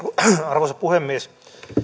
arvoisa puhemies